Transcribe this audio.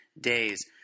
days